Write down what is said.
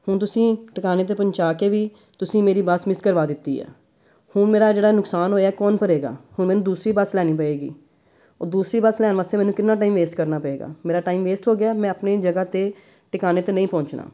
ਹੁਣ ਤੁਸੀਂ ਟਿਕਾਣੇ 'ਤੇ ਪਹੁੰਚਾ ਕੇ ਵੀ ਤੁਸੀਂ ਮੇਰੀ ਬਸ ਮਿਸ ਕਰਵਾ ਦਿੱਤੀ ਆ ਹੁਣ ਮੇਰਾ ਜਿਹੜਾ ਨੁਕਸਾਨ ਹੋਇਆ ਕੌਣ ਭਰੇਗਾ ਹੁਣ ਮੈਨੂੰ ਦੂਸਰੀ ਬੱਸ ਲੈਣੀ ਪਏਗੀ ਉਹ ਦੂਸਰੀ ਬਸ ਲੈਣ ਵਾਸਤੇ ਮੈਨੂੰ ਕਿੰਨਾ ਟਾਈਮ ਵੇਸਟ ਕਰਨਾ ਪਏਗਾ ਮੇਰਾ ਟਾਈਮ ਵੇਸਟ ਹੋ ਗਿਆ ਮੈਂ ਆਪਣੀ ਜਗ੍ਹਾ 'ਤੇ ਟਿਕਾਣੇ 'ਤੇ ਨਹੀਂ ਪਹੁੰਚਣਾ